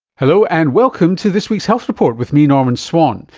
hello, and welcome to this week's health report with me, norman swan.